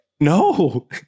No